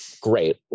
Great